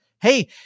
hey